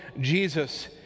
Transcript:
Jesus